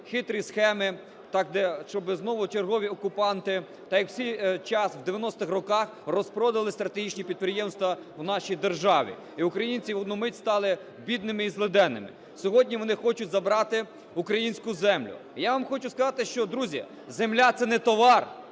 хитрі схеми, щоб знову чергові окупанти так, як в свій час у 90-х роках розпродали стратегічні підприємства в нашій державі, і українці в одну мить стали бідними і злиденними, сьогодні вони хочуть забрати українську землю. Я вам хочу сказати, що, друзі, земля – це не товар,